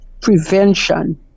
prevention